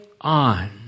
on